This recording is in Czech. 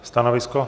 Stanovisko?